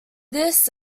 this